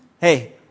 Hey